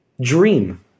dream